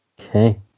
Okay